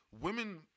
women